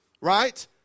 right